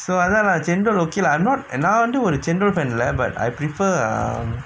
so அதுல:athula chendol okay lah I'm not நா வந்து ஒரு:naa vanthu oru chendol fan இல்ல:illa but I prefer err